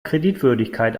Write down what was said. kreditwürdigkeit